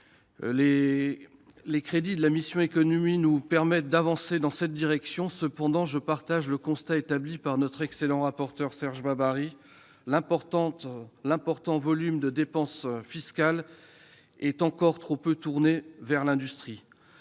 Les crédits de la mission « Économie » nous permettent d'avancer dans la direction que j'ai évoquée. Cependant, je partage le constat de notre excellent rapporteur Serge Babary : l'important volume de dépenses fiscales est encore trop peu tourné vers l'industrie.